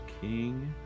King